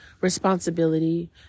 responsibility